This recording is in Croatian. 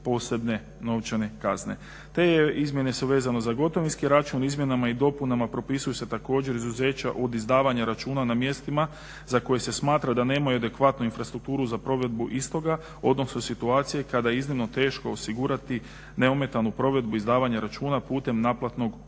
posebne novčane kazne. Te izmjene vezane za gotovinski račun, izmjenama i dopunama propisuju se također izuzeća od izdavanja računa na mjestima za koje se smatra da nemaju adekvatnu infrastrukturu za provedbu istoga, odnosno situacije kada je iznimno teško osigurati neometanu provedbu izdavanja računa putem naplatnog uređaja.